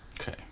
Okay